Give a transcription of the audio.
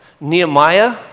Nehemiah